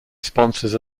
sponsors